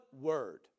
word